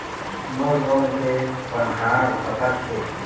मोर loan के कन्हार कतक हे?